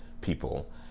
people